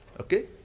okay